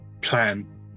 plan